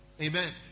Amen